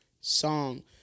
song